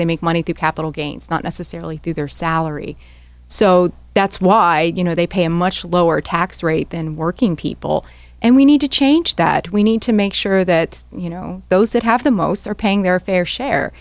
they make money through capital gains not necessarily through their salary so that's why you know they pay a much lower tax rate than working people and we need to change that we need to make sure that you know those that have the most are paying their fair